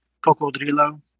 Cocodrilo